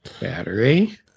Battery